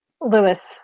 Lewis